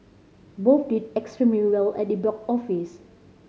both did extremely well at the box office